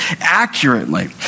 accurately